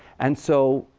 and so,